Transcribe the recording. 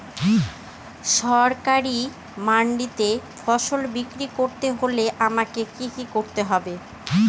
সরকারি মান্ডিতে ফসল বিক্রি করতে হলে আমাকে কি কি করতে হবে?